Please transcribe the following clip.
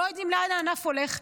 לא יודעים לאן הענף הולך.